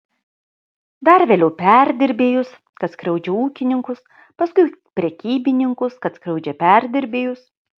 dar vėliau perdirbėjus kad skriaudžia ūkininkus paskui prekybininkus kad skriaudžia perdirbėjus